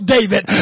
David